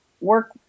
work